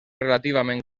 relativament